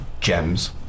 gems